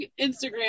instagram